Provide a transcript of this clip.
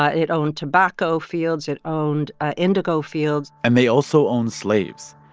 ah it owned tobacco fields. it owned ah indigo fields and they also owned slaves.